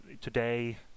today